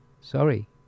sorry